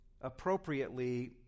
appropriately